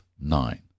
nine